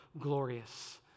glorious